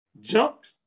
jumped